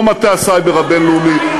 כמו מטה הסייבר הבין-לאומי,